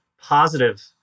positive